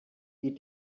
sie